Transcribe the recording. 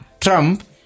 Trump